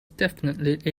definitively